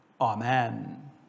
Amen